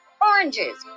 oranges